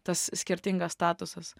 tas skirtingas statusas